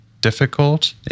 difficult